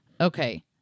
okay